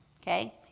Okay